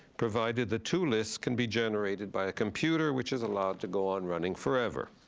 provided, the two lists can be generated by a computer, which is allowed to go on running forever.